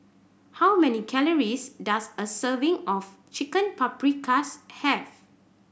how many calories does a serving of Chicken Paprikas have